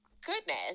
goodness